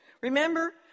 Remember